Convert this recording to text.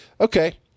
Okay